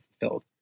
fulfilled